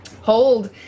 Hold